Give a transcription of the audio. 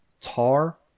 tar